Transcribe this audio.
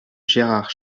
gérard